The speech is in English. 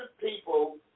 people